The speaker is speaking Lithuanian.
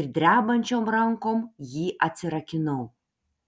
ir drebančiom rankom jį atsirakinau